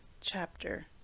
chapter